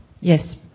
Yes